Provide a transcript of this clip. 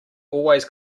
always